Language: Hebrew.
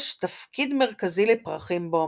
יש תפקיד מרכזי לפרחים באומנות.